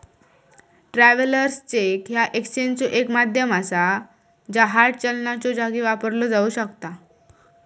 travellers cheque ह्या एक्सचेंजचो एक माध्यम असा ज्या हार्ड चलनाच्यो जागी वापरला जाऊ शकता